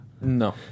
No